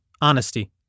honesty